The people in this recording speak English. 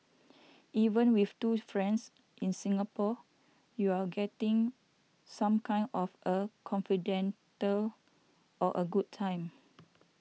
even with two friends in Singapore you're getting some kind of a confidante or a good time